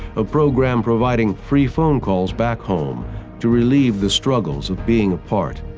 a program providing free phone calls back home to relieve the struggles of being apart.